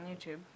YouTube